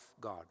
God